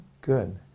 Good